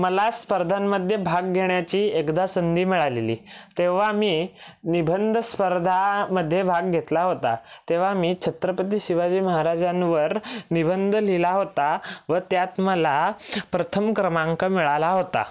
मला स्पर्धांमध्ये भाग घेण्याची एकदा संधी मिळालेली तेव्हा मी निबंध स्पर्धामध्ये भाग घेतला होता तेव्हा मी छत्रपती शिवाजी महाराजांवर निबंध लिहिला होता व त्यात मला प्रथम क्रमांक मिळाला होता